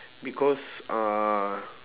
because uh